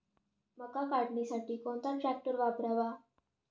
मका काढणीसाठी कोणता ट्रॅक्टर वापरावा?